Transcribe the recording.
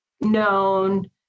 known